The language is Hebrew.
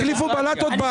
החליפו בלטות --- לא,